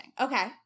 Okay